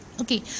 Okay